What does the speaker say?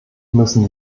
müssen